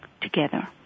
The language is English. together